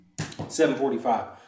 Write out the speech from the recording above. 745